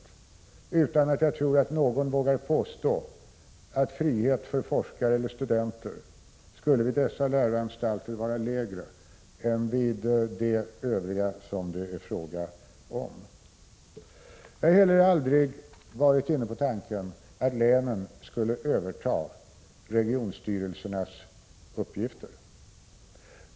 Jag tror inte att någon vågar påstå att friheten för forskare eller studenter vid dessa läroanstalter för den skull är sämre än vid de övriga läroanstalter som det är fråga om. Jag har heller aldrig varit inne på tanken att länen skulle överta regionstyrelsernas uppgifter.